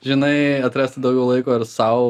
žinai atrasti daugiau laiko ir sau